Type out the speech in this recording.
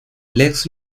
lex